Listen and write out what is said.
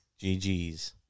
GGS